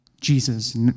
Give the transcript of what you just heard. Jesus